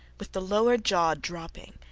with the lower jaw dropping.